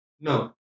no